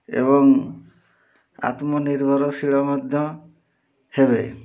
ଏବଂ ଆତ୍ମନିର୍ଭରଶୀଳ ମଧ୍ୟ ହେବେ